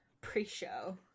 pre-show